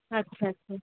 अच्छा अच्छा